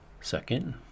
Second